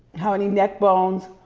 how many neck bones.